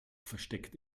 versteckt